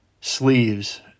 sleeves